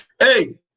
Hey